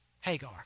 Hagar